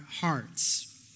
hearts